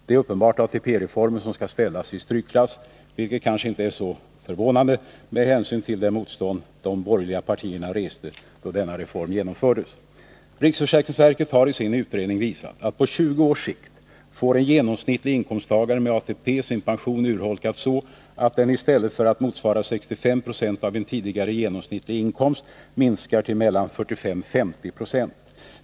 Det är uppenbart ATP-reformen som skall ställas i strykklass, vilket kanske inte är så förvånande med hänsyn till det motstånd de borgerliga partierna reste då denna reform genomfördes. Riksförsäkringsverket har i sin utredning visat att på 20 års sikt får en genomsnittlig inkomsttagare med ATP sin pension urholkad så att den i stället för att motsvara 65 90 av en tidigare genomsnittlig inkomst, minskar till mellan 45 och 50 96.